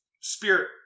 spirit